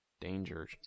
Danger